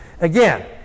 Again